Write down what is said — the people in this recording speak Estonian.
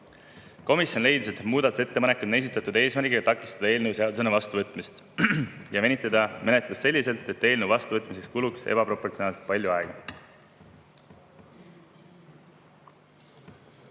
Komisjon leidis, et need muudatusettepanekud on esitatud eesmärgiga takistada eelnõu seadusena vastuvõtmist ja venitada menetlust selliselt, et eelnõu vastuvõtmiseks kuluks ebaproportsionaalselt palju aega.